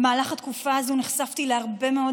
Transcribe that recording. במהלך התקופה הזאת נחשפתי להרבה מאוד